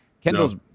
Kendall's